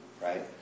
right